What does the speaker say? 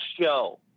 show